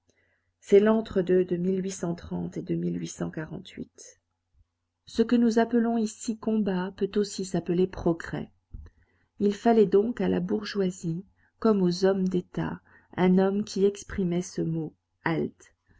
c'est l'entre-deux de et de ce que nous appelons ici combat peut aussi s'appeler progrès il fallait donc à la bourgeoisie comme aux hommes d'état un homme qui exprimait ce mot halte